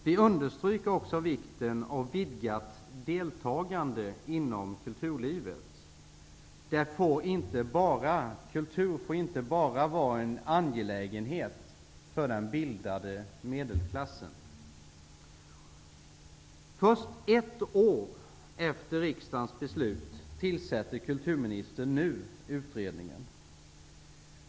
Vi understryker också vikten av vidgat deltagande inom kulturlivet. Kultur får inte vara en angelägenhet enbart för den bildade medelklassen. Först ett år efter riksdagens beslut tillsätter kulturministern nu utredningen.